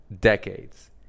decades